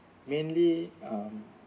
mainly um